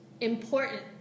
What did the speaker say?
important